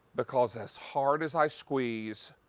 because as hard as i squeeze,